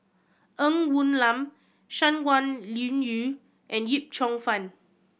Ng Woon Lam Shangguan Liuyun and Yip Cheong Fun